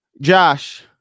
Josh